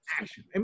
action